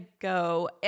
go